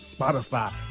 Spotify